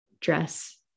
dress